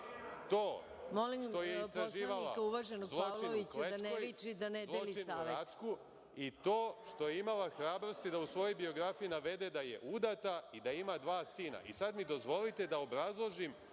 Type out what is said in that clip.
… istraživala zločin u Klečkoj, zločin u Račku, i to što je imala hrabrosti da u svojoj biografiji navede da je udata i da ima dva sina. Sada mi dozvolite da obrazložim